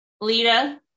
Lita